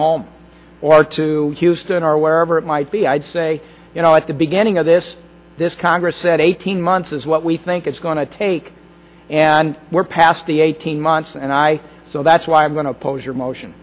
home or to houston or wherever it might be i'd say you know at the beginning of this this congress said eighteen months is what we think it's going to take and we're past the eighteen months and i so that's why i'm going to oppose your motion